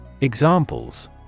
Examples